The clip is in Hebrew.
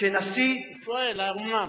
כשנשיא, הוא שואל: האומנם?